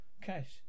Cash